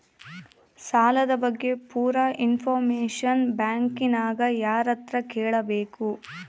ಸಾಲದ ಬಗ್ಗೆ ಪೂರ ಇಂಫಾರ್ಮೇಷನ ಬ್ಯಾಂಕಿನ್ಯಾಗ ಯಾರತ್ರ ಕೇಳಬೇಕು?